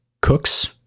cooks